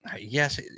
yes